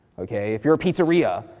okay, if you're a pizzeria,